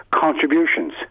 contributions